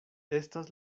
estas